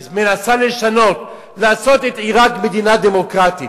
מנסה לשנות, לעשות את עירק מדינה דמוקרטית.